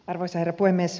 arvoisa herra puhemies